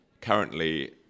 currently